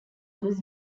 was